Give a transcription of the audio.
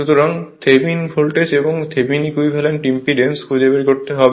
সুতরাং Thevenin voltage এবং থেভনিনের ইকুইভ্যালেন্ট ইম্পিডেন্স খুঁজে বের করতে হবে